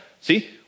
see